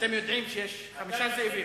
אתם יודעים שיש חמישה זאבים.